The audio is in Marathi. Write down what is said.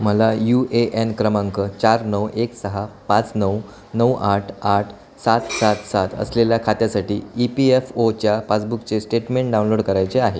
मला यू ए एन क्रमांक चार नऊ एक सहा पाच नऊ नऊ आठ आठ सात सात सात असलेल्या खात्यासाठी ई पी एफ ओच्या पासबुकचे स्टेटमेंट डाउनलोड करायचे आहे